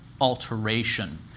alteration